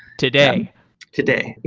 today today.